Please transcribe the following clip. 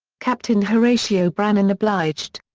captain horatio brannen obliged.